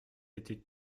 était